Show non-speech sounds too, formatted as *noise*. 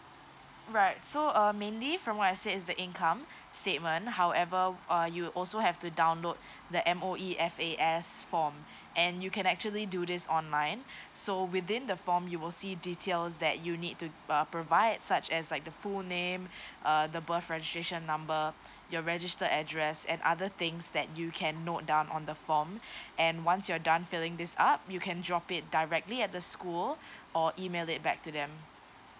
alright so uh mainly from what I said is the income statement however uh you also have to download the M_O_E F_S_A form and you can actually do this online so within the form you will see details that you need to uh provide such as like the full name uh the birth registration number your register address and other things that you can note down on the form *breath* and once you are done filing this up you can drop it directly at the school or email it back to them